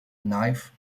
knife